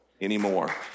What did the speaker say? anymore